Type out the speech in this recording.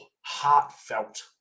heartfelt